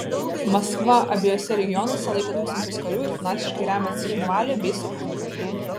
maskva abiejuose regionuose laiko tūkstančius karių ir finansiškai remia cchinvalį bei suchumį